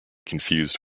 confused